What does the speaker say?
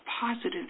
positive